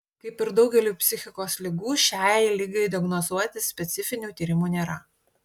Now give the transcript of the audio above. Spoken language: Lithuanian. kaip ir daugeliui psichikos ligų šiai ligai diagnozuoti specifinių tyrimų nėra